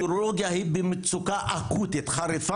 אנחנו מקצוע הכי קשה ואנחנו הכי עניים.